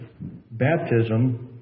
baptism